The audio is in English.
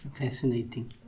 Fascinating